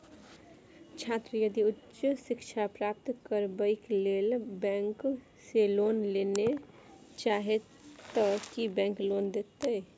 छात्र यदि उच्च शिक्षा प्राप्त करबैक लेल बैंक से लोन लेबे चाहे ते की बैंक लोन देतै?